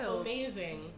Amazing